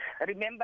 Remember